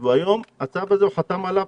הוא חתם על הצו הזה,